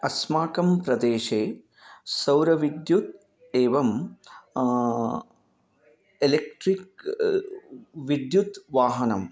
अस्माकं प्रदेशे सौरविद्युत् एवम् एलेक्ट्रिक् विद्युत् वाहनं